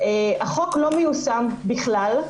החוק לא מיושם בכלל.